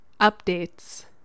Updates